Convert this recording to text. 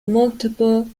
multiple